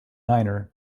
niner